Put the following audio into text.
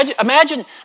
Imagine